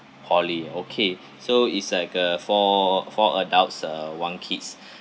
paulie okay so it's like a four four adults uh one kids